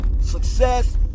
Success